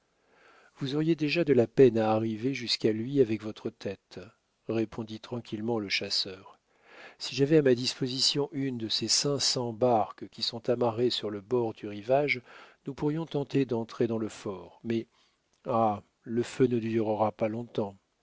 vous auriez de la peine à arriver jusqu'à lui avec votre tête répondit tranquillement le chasseur si j'avais à ma disposition une de ces cinq cents barques qui sont amarrées sur le bord du rivage nous pourrions tenter d'entrer dans le fort mais ah le feu ne durera pas longtemps